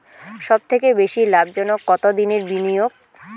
সবথেকে বেশি লাভজনক কতদিনের বিনিয়োগ?